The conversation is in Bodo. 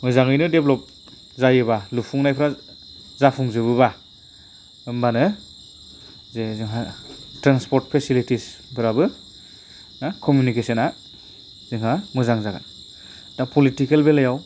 मोजाङैनो डेभल'प जायोबा लुफुंनायफोरा जाफुंजोबोबा होनबानो जे जोंहा ट्रेन्सपर्ट फेसिलिटिसफोराबो कमिउनिकेसना जोंहा मोजां जागोन दा पलिटिकेल बेलायाव